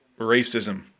racism